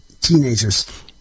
teenagers